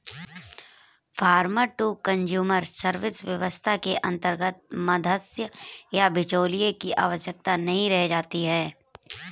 farmer to consumer service व्यवस्था के अंतर्गत मध्यस्थ या बिचौलिए की आवश्यकता नहीं रह जाती है